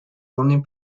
only